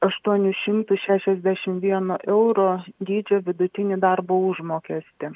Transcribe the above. aštuonis šimtus šešiasdešimt vieno euro dydžio vidutinį darbo užmokestį